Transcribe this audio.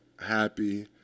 happy